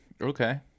Okay